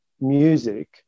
music